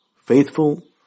faithful